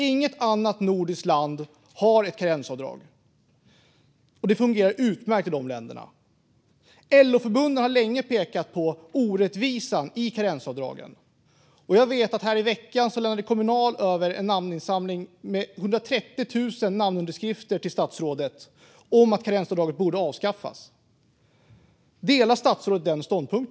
Inget annat nordiskt land har ett karensavdrag, och det fungerar utmärkt i dessa länder. LO-förbunden har länge pekat på orättvisan i karensavdraget, och i veckan lämnade Kommunal över en namninsamling med 130 000 underskrifter till statsrådet gällande att karensavdraget borde avskaffas. Delar statsrådet denna ståndpunkt?